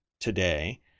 Today